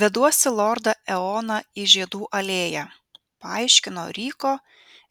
veduosi lordą eoną į žiedų alėją paaiškino ryko